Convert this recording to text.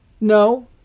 No